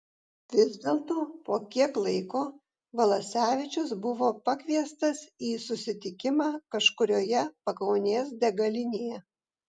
vis dėlto po kiek laiko valasevičius buvo pakviestas į susitikimą kažkurioje pakaunės degalinėje